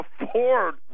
afford